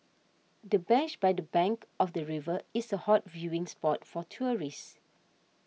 the bench by the bank of the river is a hot viewing spot for tourists